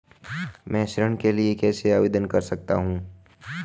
मैं ऋण के लिए कैसे आवेदन कर सकता हूं?